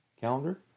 calendar